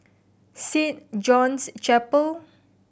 Saint John's Chapel